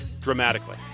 dramatically